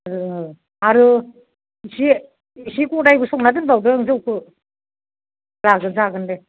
आरो इसे इसे गदायबो संना दोनबावदों जौखौ जागोन जागोन दे